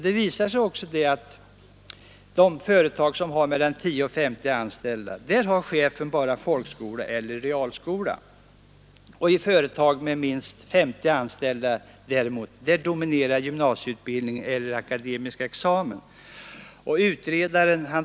Det visar sig också att i företag med mellan 10 och 50 anställda har chefen bara folkskola eller realskola, medan i företag med minst 50 anställda gymnasieutbildning eller akademisk examen dominerar hos företagsledarna.